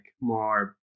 more